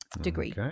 degree